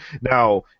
Now